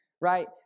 right